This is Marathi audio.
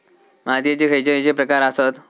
मातीयेचे खैचे खैचे प्रकार आसत?